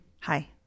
Hi